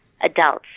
adults